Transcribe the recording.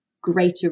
greater